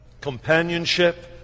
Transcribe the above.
companionship